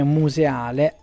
museale